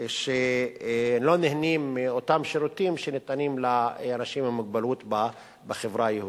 שלא נהנים מאותם שירותים שניתנים לאנשים עם מוגבלות בחברה היהודית.